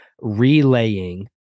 relaying